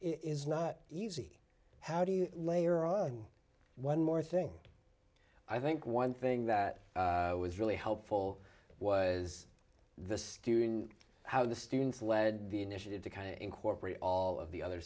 is not easy how do you layer on one more thing i think one thing that was really helpful was the student how the students led the initiative to kind of incorporate all of the other